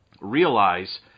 realize